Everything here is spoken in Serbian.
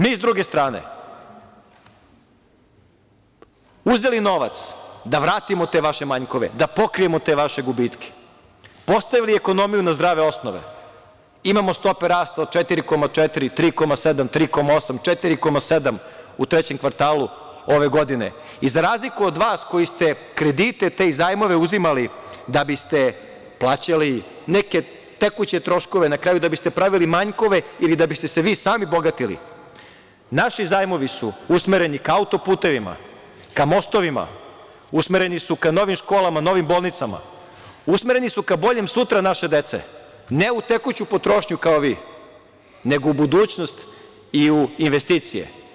Mi smo, s druge strane, uzeli novac da vratimo te vaše manjkove, da pokrijemo te vaše gubitke, postavili ekonomiju na zdrave osnove, imamo stope rasta od 4,4, 3,7, 3,8, 4,7 u trećem kvartalu ove godine i za razliku od vas koji ste te kredite i zajmove uzimali da biste plaćali neke tekuće troškove, na kraju da biste pravili manjkove ili da biste se vi sami bogatili, naši zajmovi su usmereni ka autoputevima, ka mostovima, usmereni su ka novim školama, novim bolnicama, usmereni su ka boljem sutra naše dece, ne u tekuću potrošnju kao vi, nego u budućnost i u investicije.